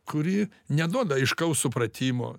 kuri neduoda aiškaus supratimo